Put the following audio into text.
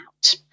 out